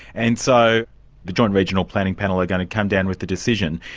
and so the joint regional planning panel are going to come down with the decision.